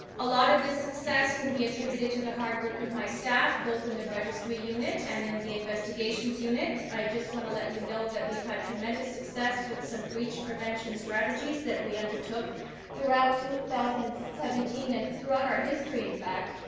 a lot of this success can be attributed to the hard work of my staff both in the registry unit and in the investigations unit. i want to let you know that we've had tremendous success with some breach prevention strategies that we undertook throughout two thousand and seventeen and throughout our history in fact.